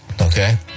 Okay